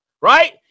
right